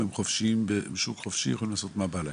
האם הם מתנהלים כשוק חופשי לגמרי?